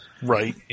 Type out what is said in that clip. Right